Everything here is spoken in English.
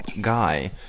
guy